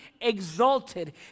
exalted